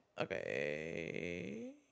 Okay